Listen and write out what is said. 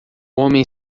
homem